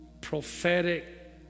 prophetic